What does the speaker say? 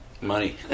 Money